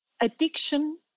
addiction